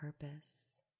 purpose